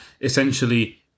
essentially